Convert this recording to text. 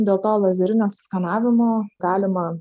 dėl to lazerinio skanavimo galima